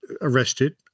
arrested